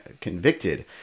convicted